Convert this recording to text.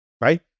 Right